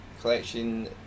collection